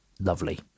Lovely